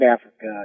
Africa